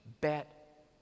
bet